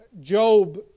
Job